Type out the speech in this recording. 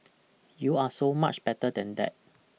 you are so much better than that